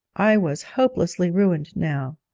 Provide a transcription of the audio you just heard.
i was hopelessly ruined now!